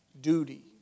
Duty